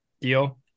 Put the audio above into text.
deal